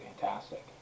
fantastic